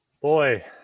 Boy